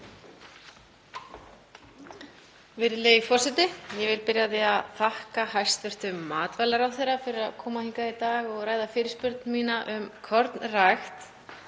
Virðulegi forseti. Ég vil byrja á því að þakka hæstv. matvælaráðherra fyrir að koma hingað í dag og ræða fyrirspurn mína um kornrækt